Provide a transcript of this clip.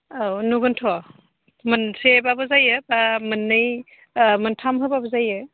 औ नुगोनथ' मोनसेबाबो जायो बा मोननै मोनथाम होबाबो जायो